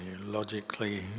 logically